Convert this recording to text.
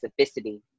specificity